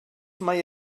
mae